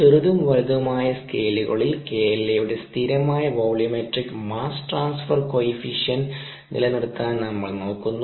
ചെറുതും വലുതുമായ സ്കെയിലുകളിൽ KLa യുടെ സ്ഥിരമായ വോള്യൂമെട്രിക് മാസ് ട്രാൻസ്ഫർ കോഫിഫിഷ്യന്റ് നിലനിർത്താൻ നമ്മൾ നോക്കുന്നു